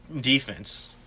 defense